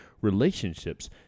relationships